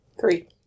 Three